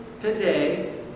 today